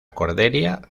cordelia